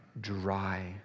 dry